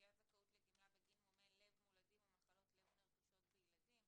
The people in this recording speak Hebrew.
קביעת זכאות לגמלה בגין מומי לב מולדים ומחלות לב נרכשות בילדים